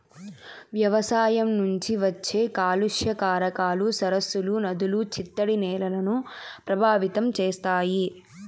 వ్యవసాయం నుంచి వచ్చే కాలుష్య కారకాలు సరస్సులు, నదులు, చిత్తడి నేలలను ప్రభావితం చేస్తాయి